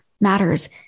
matters